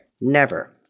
Never